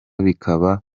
bikaba